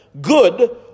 good